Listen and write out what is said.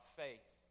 faith